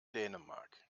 dänemark